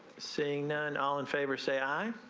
seeing none all in favor say ay.